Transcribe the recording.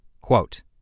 Quote